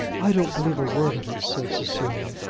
i don't believe a word of it, said cecilia,